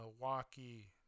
Milwaukee